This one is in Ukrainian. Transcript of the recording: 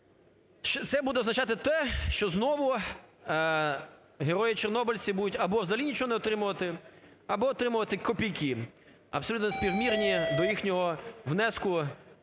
Це буде означати те, що знову герої чорнобильці будуть або взагалі нічого не отримувати, або отримувати копійки абсолютно співмірні до їхнього внеску